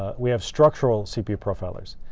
ah we have structural cpu profilers,